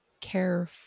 care